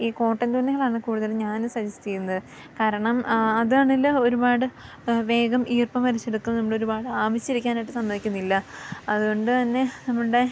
ഈ കോട്ടൻ തുണികളാണ് കൂടുതലും ഞാന് സജസ്റ്റ് ചെയ്യുന്നത് കാരണം ആ അതാണെങ്കില് ഒരുപാട് വേഗം ഈർപ്പം വലിച്ചെടുക്കും നമ്മളൊരുപാട് സമ്മതിക്കുന്നില്ല അതുകൊണ്ട് തന്നെ നമ്മുടെ